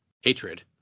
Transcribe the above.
hatred